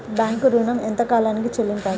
Bank ఋణం ఎంత కాలానికి చెల్లింపాలి?